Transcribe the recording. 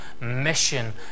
mission